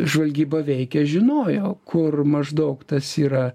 žvalgyba veikė žinojo kur mažgaug tas yra